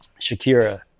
Shakira